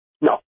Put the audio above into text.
No